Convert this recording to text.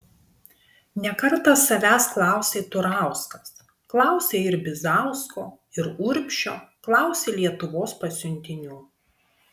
ne kartą savęs klausė turauskas klausė ir bizausko ir urbšio klausė lietuvos pasiuntinių